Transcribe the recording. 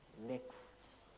next